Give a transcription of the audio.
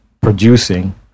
producing